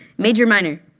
major, minor?